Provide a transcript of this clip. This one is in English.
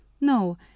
no